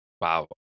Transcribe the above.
Wow